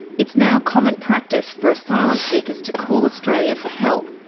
it's now common practice for asylum seekers to call australia for help.